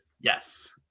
Yes